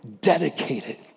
dedicated